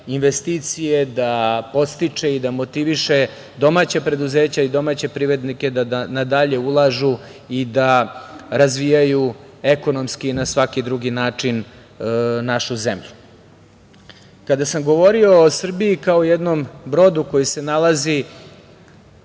investicije, da podstiče i da motiviše domaća preduzeća i domaće privrednike da na dalje ulažu i da razvijaju ekonomski i na svaki drugi način našu zemlju. Kada sam govorio o Srbiji kao jednom brodu koji se nalazi